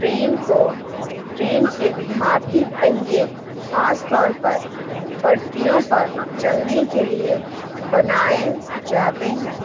train کو train کے دھات پہیے خاص طور پر پٹریوں پر چلنے کے لیے بنائے جاتے ہیں